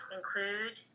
Include